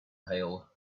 hail